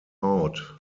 out